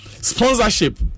sponsorship